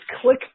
click